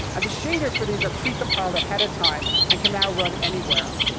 and the shaders for these are pre-compiled ahead of time and can now run anywhere.